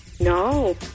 No